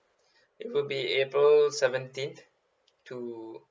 it will be april seventeen to